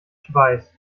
schweiß